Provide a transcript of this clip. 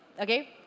okay